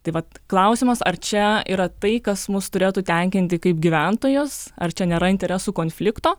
tai vat klausimas ar čia yra tai kas mus turėtų tenkinti kaip gyventojus ar čia nėra interesų konflikto